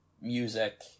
music